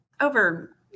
over